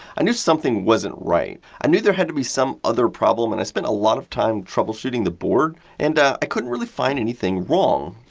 i knew something wasn't right. i knew there had to be some other problem and i spent a lot of time troubleshooting the board, and i couldn't really find anything wrong.